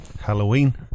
Halloween